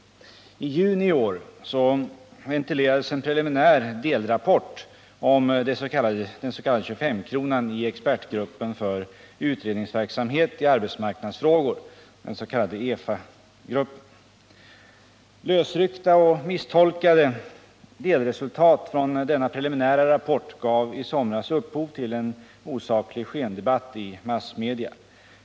I juni i år ventilerades en preliminär delrapport om den s.k. 25-kronan i expertgruppen för utredningsverksamhet i arbetsmarknadsfrågor . Lösryckta och misstolkade delresultat från denna preliminära rapport gav i somras upphov till en osaklig skendebatt i massmedia.